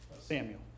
Samuel